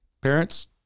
parents